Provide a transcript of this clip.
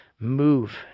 move